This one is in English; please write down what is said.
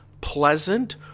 pleasant